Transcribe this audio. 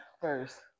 First